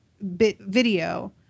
video –